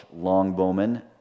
longbowmen